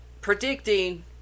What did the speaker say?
predicting